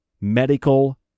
medical